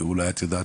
אולי את יודעת,